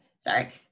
Sorry